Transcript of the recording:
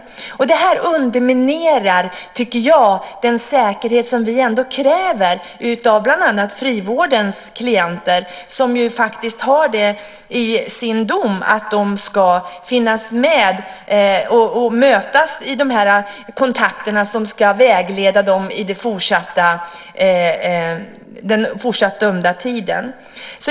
Detta tycker jag underminerar den säkerhet som vi ändå kräver av bland annat frivårdens klienter. I klienternas dom står det att dessa övervakare ska finnas med och att de ska mötas i de kontakter som ska vägleda klienterna under deras strafftid.